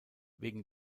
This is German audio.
wegen